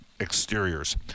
Exteriors